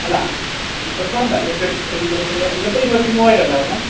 അല്ല മുപ്പതൊന്നും വേ ഒരു ട്വ ഒരു ഇരുപത്തയ്യായിരം ഇതിപ്പോൾ ഇരുപത്തിമൂവായിരമല്ലേ പറഞ്ഞത്